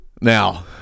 Now